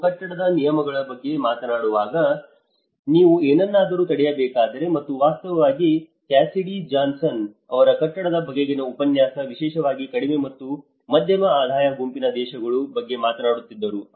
ನಾವು ಕಟ್ಟಡದ ನಿಯಮಗಳ ಬಗ್ಗೆ ಮಾತನಾಡುವಾಗ ನೀವು ಏನನ್ನಾದರೂ ತಡೆಯಬೇಕಾದರೆ ಮತ್ತು ವಾಸ್ತವವಾಗಿ ಕ್ಯಾಸಿಡಿ ಜಾನ್ಸನ್ ಅವರ ಕಟ್ಟಡದ ಬಗೆಗಿನ ಉಪನ್ಯಾಸ ವಿಶೇಷವಾಗಿ ಕಡಿಮೆ ಮತ್ತು ಮಧ್ಯಮ ಆದಾಯ ಗುಂಪಿನ ದೇಶಗಳು ಬಗ್ಗೆ ಮಾತನಾಡುತ್ತಿದ್ದರು